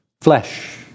Flesh